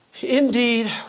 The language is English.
Indeed